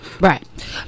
Right